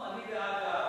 לא, אני בעד הפלורליזם.